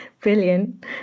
brilliant